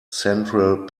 central